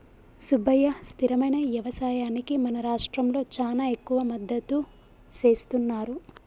సుబ్బయ్య స్థిరమైన యవసాయానికి మన రాష్ట్రంలో చానా ఎక్కువ మద్దతు సేస్తున్నారు